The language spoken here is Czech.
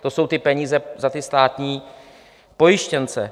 To jsou ty peníze za státní pojištěnce.